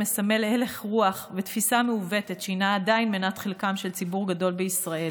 מסמל הלך רוח ותפיסה מעוותת שהיא עדיין מנת חלקו של ציבור גדול בישראל